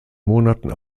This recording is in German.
monaten